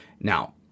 Now